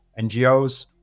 NGOs